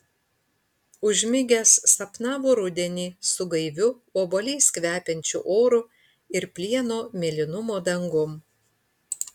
užmigęs sapnavo rudenį su gaiviu obuoliais kvepiančiu oru ir plieno mėlynumo dangum